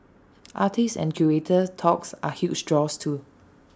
artist and curator talks are huge draws too